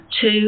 two